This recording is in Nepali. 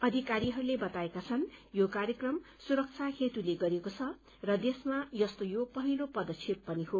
अधिकारीहरूले बताएका छन् यो कार्यक्रम सुरक्षा हेतूले गरिएको छ र देशमा यस्तै यो पहिलो पदक्षेप पनि हो